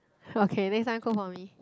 okay next time cook for me